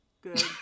Good